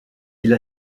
elle